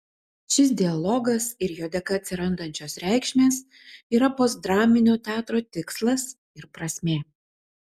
šis dialogas ir jo dėka atsirandančios reikšmės yra postdraminio teatro tikslas ir prasmė